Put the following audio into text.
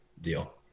deal